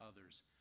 others